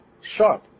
sharp